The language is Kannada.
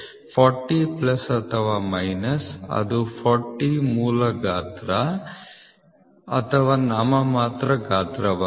40 ಪ್ಲಸ್ ಅಥವಾ ಮೈನಸ್ ಅದು 40 ಮೂಲ ಗಾತ್ರ ಅಥವಾ ನಾಮಮಾತ್ರದ ಗಾತ್ರವಾಗಿದೆ